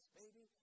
baby